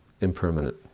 impermanent